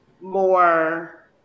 more